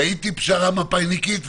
ראיתי פשרה מפא"יניקית,